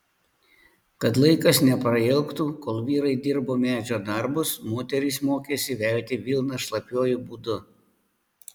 kad laikas neprailgtų kol vyrai dirbo medžio darbus moterys mokėsi velti vilną šlapiuoju būdu